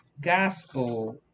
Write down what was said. gospel